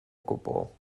gwbl